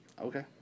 Okay